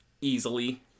easily